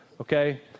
Okay